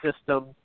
system